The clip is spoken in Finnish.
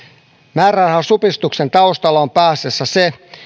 määrärahan supistuksen taustalla on pääasiassa se